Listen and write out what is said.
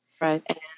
Right